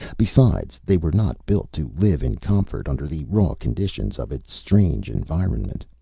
besides, they were not built to live in comfort under the raw conditions of its strange environment.